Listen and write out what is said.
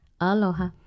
aloha